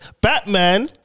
Batman